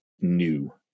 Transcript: new